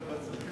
בבקשה.